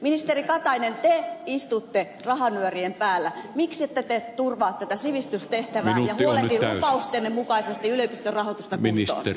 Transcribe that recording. ministeri katainen te istutte rahanyörien päällä miksette te turvaa tätä sivistystehtävää ja huolehdi lupaustenne mukaisesti yliopistorahoitusta kuntoon